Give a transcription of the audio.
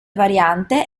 variante